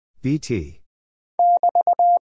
B-T